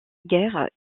guerre